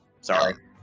Sorry